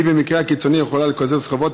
ובמקרה הקיצוני היא יכולה לקזז חובות